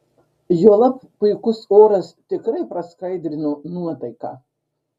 juolab puikus oras tikrai praskaidrino nuotaiką